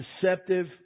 deceptive